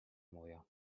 moja